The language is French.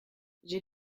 j’ai